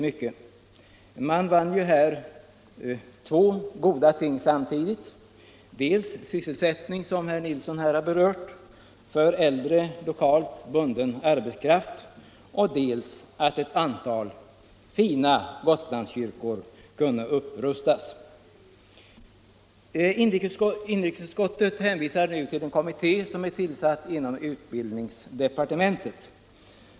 Man vann därmed två goda ting, dels den sysselsättning som herr Nilsson i Visby här har berört för äldre lokalt bunden arbetskraft, dels att ett antal förnämliga Gotlandskyrkor kunde upprustas. Inrikesutskottet hänvisar i sitt betänkande till att en särskild arbetsgrupp har tillsatts inom utbildningsdepartementet.